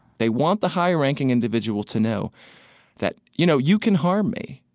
they want the high-ranking individual to know that, you know, you can harm me.